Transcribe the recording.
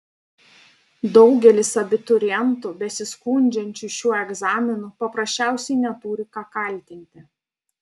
daugelis abiturientų besiskundžiančių šiuo egzaminu paprasčiausiai neturi ką kaltinti